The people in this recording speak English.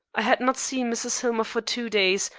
i had not seen mrs. hillmer for two days,